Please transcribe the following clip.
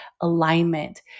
alignment